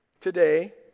today